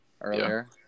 earlier